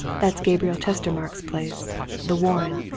that's gabriel chestermarke's place the warren.